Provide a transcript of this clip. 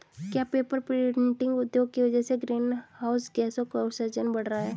क्या paper printing उद्योग की वजह से ग्रीन हाउस गैसों का उत्सर्जन बढ़ रहा है?